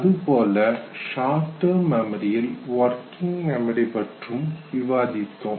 அதுபோல short term மெமரியில் working memory பற்றி விவாதித்தோம்